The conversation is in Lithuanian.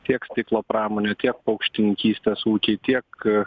tiek stiklo pramonei tiek paukštininkystės ūkiai tiek